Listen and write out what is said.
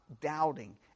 doubting